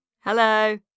Hello